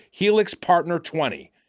HELIXPARTNER20